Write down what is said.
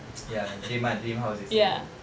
ya dream my dream house you see